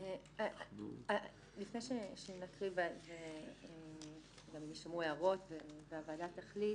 לפני שנקריא וגם נרשמו הערות והוועדה תחליט.